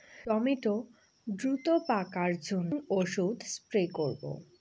Tomato দ্রুত পাকার জন্য কোন ওষুধ স্প্রে করব?